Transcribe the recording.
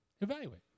Evaluate